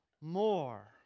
more